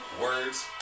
Words